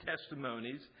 testimonies